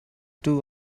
two